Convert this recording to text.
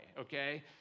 okay